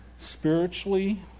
spiritually